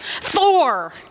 Thor